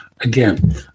Again